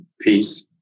peace